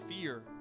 fear